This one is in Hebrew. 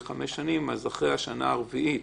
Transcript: הוראת השעה היא לחמש שנים אז אחרי השנה הרביעית